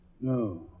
No